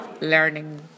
learning